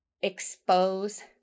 expose